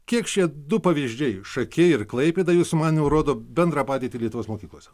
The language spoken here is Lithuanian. kiek šie du pavyzdžiai šakiai ir klaipėda jūsų manymu rodo bendrą padėtį lietuvos mokyklose